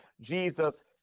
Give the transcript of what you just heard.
Jesus